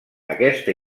aquesta